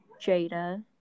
Jada